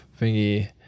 thingy